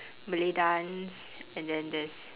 malay dance and then there's